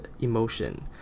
emotion